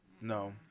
No